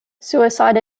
suicide